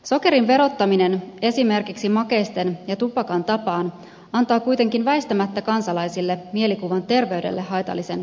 sokerin verottaminen esimerkiksi makeisten ja tupakan tapaan antaa kuitenkin väistämättä kansalaisille mielikuvan terveydelle haitallisen tuotteen käytöstä